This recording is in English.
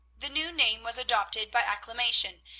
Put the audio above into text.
the new name was adopted by acclamation,